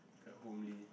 quite homely